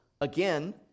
again